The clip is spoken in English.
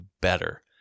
better